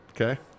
okay